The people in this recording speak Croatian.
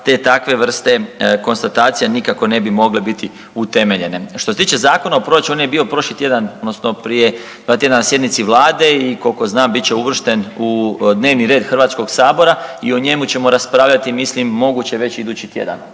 te takve vrste konstatacija nikako ne bi mogle biti utemeljene. Što se tiče zakona o proračunu, on je bio prošli tjedan, odnosno prije dva tjedna na sjednici Vlade i koliko znam bit će uvršten u dnevni red HS i o njemu ćemo raspravljati mislim moguće već idući tjedan.